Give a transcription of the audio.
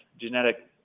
genetic